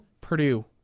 Purdue